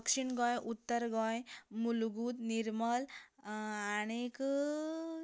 दक्षिण गोंय उत्तर गोंय मुल्लूगूत निर्मल आनीक